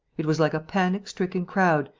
it was like a panic-stricken crowd,